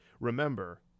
Remember